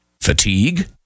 Fatigue